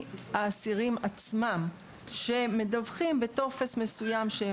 שמתקבל מהאסירים עצמם שמדווחים בטופס מסוים.